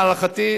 להערכתי,